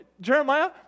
Jeremiah